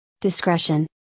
discretion